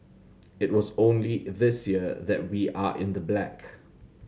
it was only this year that we are in the black